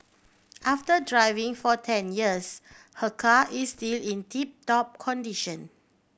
after driving for ten years her car is still in tip top condition